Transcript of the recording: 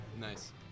Nice